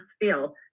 feel